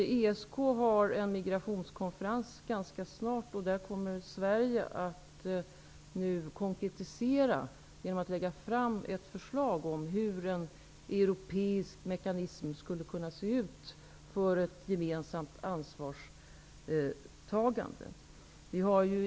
I ESK kommer vi ganska snart att ha en migrationskonferens, där Sverige kommer att konkretisera genom att lägga fram ett förslag om hur en europeisk mekanism för ett gemensamt ansvarstagande skulle kunna se ut.